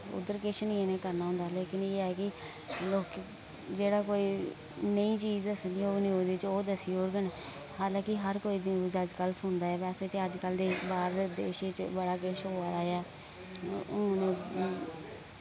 उध्दर किश निं इने करना होंदा लेकिन एह् ऐ कि लोकें जेह्ड़ा कोई नेईं चीज दस्सनी होग न्यूज बिच ओह् दस्सी ओड़ङन हालां कि हर कोई न्यूज अजकल्ल सुनदा ऐ वैसे ते अजकल्ल दे बाह्रले देशे च बड़ा किश होआ दा ऐ हू'न